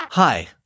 Hi